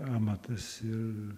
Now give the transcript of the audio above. amatas ir